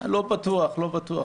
לא בטוח.